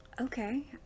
Okay